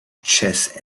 chess